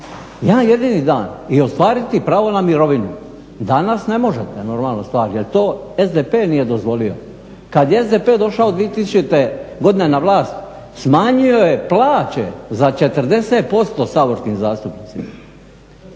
jedan jedini dan i ostvariti pravo na mirovinu. Danas ne možete, normalna stvar, jer to SDP nije dozvolio. Kad je SDP došao 2000. godine na vlast smanjio je plaće za 40% saborskih zastupnicima,